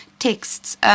texts